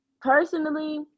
personally